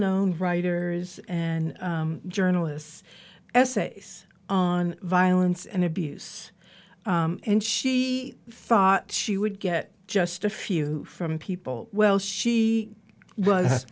known writers and journalists essays on violence and abuse and she thought she would get just a few from people well she was